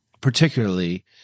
particularly